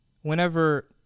whenever